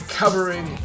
covering